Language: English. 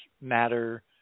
matter